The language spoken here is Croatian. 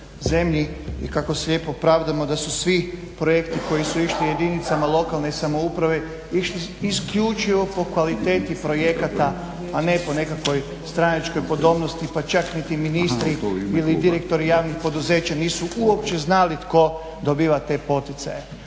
zemlji i kako se lijepo pravdamo da su svi projekti koji su išli jedinicama lokalne samouprave išli isključivo po kvaliteti projekata, a ne po nekakvoj stranačkoj podobnosti, pa čak niti ministri ili direktori javnih poduzeća nisu uopće znali tko dobiva te poticaje.